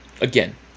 Again